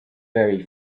very